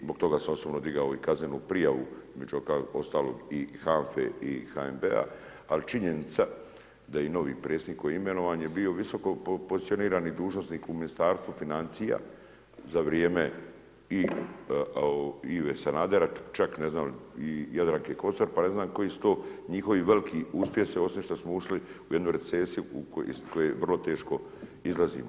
Zbog toga sam osobno i digao i kaznenu prijavu među ostalim i HANFA-e i HNB-a, ali je činjenica da je i novi predsjednik, koji je imenovan je bio visoko pozicioniran i dužnosnik u Ministarstvu financija za vrijeme i Ive Sanadera, čak ne znam i Jadranke Kosor, pa ne znam koji su to njihovi veliki uspjesi, osim što smo ušli u jednu recesiju iz koje je vrlo teško izlazimo.